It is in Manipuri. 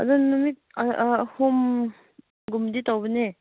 ꯑꯗꯨ ꯅꯨꯃꯤꯠ ꯑꯍꯨꯝꯒꯨꯝꯕꯗꯤ ꯇꯧꯕꯅꯦ